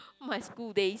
my school days